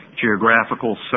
geographical